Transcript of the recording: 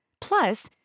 Plus